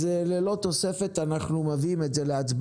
אז אני מביא את זה להצבעה.